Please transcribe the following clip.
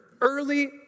early